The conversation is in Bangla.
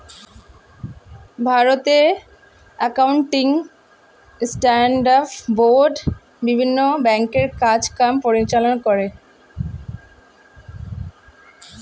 ভারতে অ্যাকাউন্টিং স্ট্যান্ডার্ড বোর্ড বিভিন্ন ব্যাংকের কাজ কাম পরিচালনা করে